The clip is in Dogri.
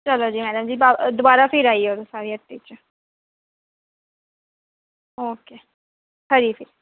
चलो जी मैडम जी दबारा फ्ही आई जाओ साढ़ी हट्टी च ओके खरी फ्ही